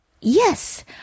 yes